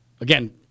again